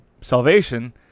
salvation